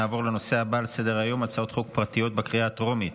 נעבור לנושא הבא על סדר-היום: הצעות חוק פרטיות לקריאה הטרומית.